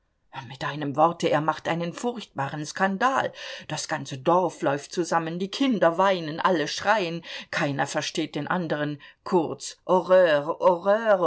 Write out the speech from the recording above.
mit einem worte er macht einen furchtbaren skandal das ganze dorf läuft zusammen die kinder weinen alle schreien keiner versteht den anderen kurz